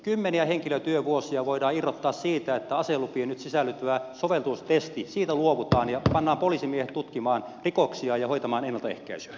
kymmeniä henkilötyövuosia voidaan irrottaa siitä että aselupiin nyt sisältyvästä soveltuvuustestistä luovutaan ja pannaan poliisimiehet tutkimaan rikoksia ja hoitamaan ennaltaehkäisyä